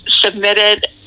submitted